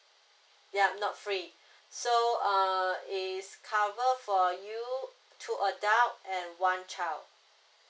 ya not free so uh it's cover for you two adults and one child